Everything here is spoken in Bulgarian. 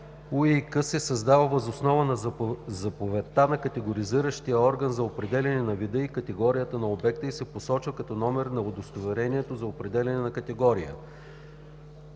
УИК се издава въз основа на заповедта на категоризиращия орган за определяне на вида и категорията на обекта и се посочва като номер на удостоверението за определената категория.